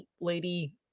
lady